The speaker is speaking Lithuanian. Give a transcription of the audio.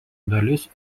dalis